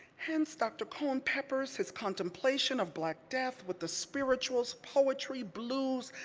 hence, dr. cone peppers his contemplation of black death with the spirituals, poetry, blues,